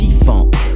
G-Funk